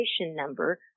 number